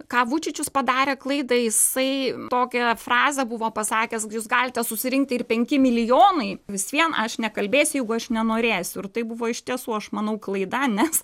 ką vučičius padarė klaidą jisai tokią frazę buvo pasakęs jūs galite susirinkti ir penki milijonai vis vien aš nekalbėsiu jeigu aš nenorėsiu ir tai buvo iš tiesų aš manau klaida nes